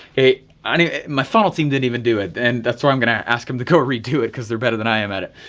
i mean my funnel team didn't even do it. and that's where i'm gonna ask him to go redo it cause they're better than i am at it.